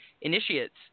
initiates